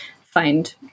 find